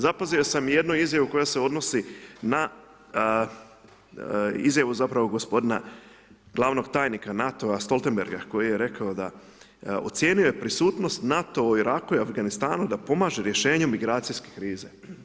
Zapazio sam na jednu izjavu koja se odnosi na, izjavu, zapravo, gospodina glavnog tajnika NATO-a Stoltenberga koji je rekao da, ocijenio je prisutnost NATO u Iraku i Afganistanu da pomaže rješenje migracijske krize.